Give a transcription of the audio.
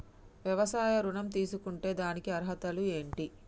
వ్యవసాయ ఋణం తీసుకుంటే దానికి అర్హతలు ఏంటి?